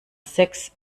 sechs